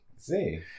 See